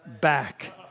back